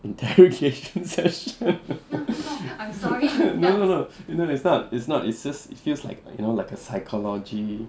interrogation session no no no no it's not it's not it's just it feels like you know like a psychology